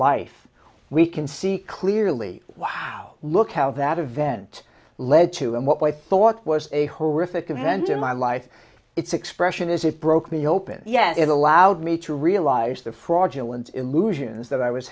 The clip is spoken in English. life we can see clearly wow look how that event led to and what i thought was a horrific event in my life its expression is it broke me open yet it allowed me to realize the fraudulent illusions that i was